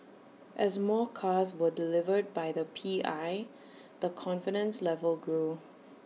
as more cars were delivered by the P I the confidence level grew